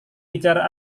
bicara